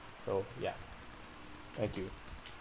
so ya thank you